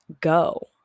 go